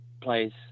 place